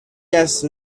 است